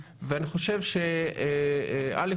א',